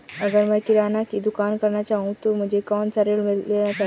अगर मैं किराना की दुकान करना चाहता हूं तो मुझे कौनसा ऋण लेना चाहिए?